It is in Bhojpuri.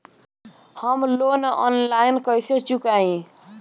हम लोन आनलाइन कइसे चुकाई?